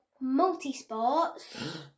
multi-sports